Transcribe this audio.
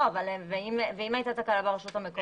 ואם הייתה תקלה ברשות המקומית.